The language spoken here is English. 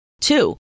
Two